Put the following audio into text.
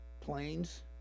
planes